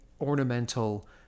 ornamental